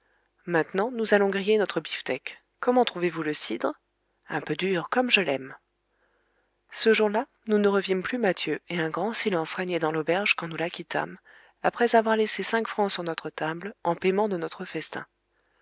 maintenant nous allons griller notre bifteck comment trouvez-vous le cidre un peu dur comme je l'aime ce jour-là nous ne revîmes plus mathieu et un grand silence régnait dans l'auberge quand nous la quittâmes après avoir laissé cinq francs sur notre table en payement de notre festin